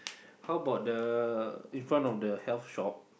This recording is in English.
how bout the in front of the health shop